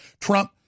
Trump